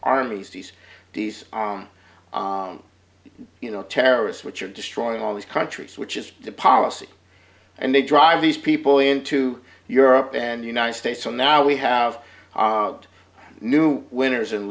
armies these days on you know terrorists which are destroying all these countries which is the policy and they drive these people into europe and united states so now we have a new winners and